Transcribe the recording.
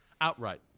Outright